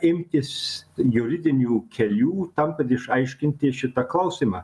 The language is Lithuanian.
imtis juridinių kelių tam kad išaiškinti šitą klausimą